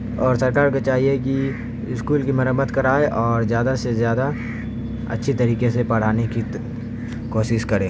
اور سرکار کو چاہیے کہ اسکول کی مرمت کرائے اور زیادہ سے زیادہ اچھی طریقے سے پڑھانے کی کوشش کرے